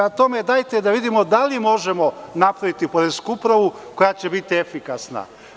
Dajte da vidimo da li možemo napraviti poresku upravu koja će biti efikasna.